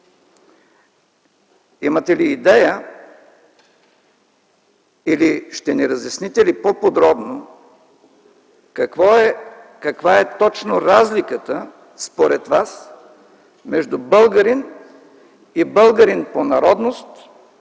Имате ли идея или ще ни разясните ли по-подробно каква е точно разликата според Вас между „българин” и „българин по народност”